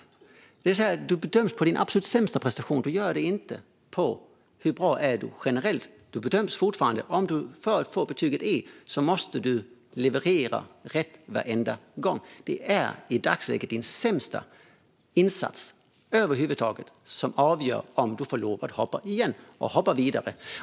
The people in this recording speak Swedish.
Detta innebär att du bedöms efter din absolut sämsta prestation, inte efter hur bra du är generellt. För att få betyget E måste du leverera rätt sak varenda gång. Det är i dagsläget din över huvud taget sämsta insats som avgör om du får lov att hoppa igen och gå vidare.